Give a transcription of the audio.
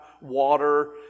water